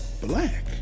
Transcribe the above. black